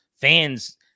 Fans